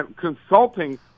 consulting